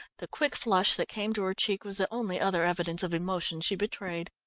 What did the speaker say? the quick flush that came to her cheek was the only other evidence of emotion she betrayed.